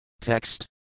Text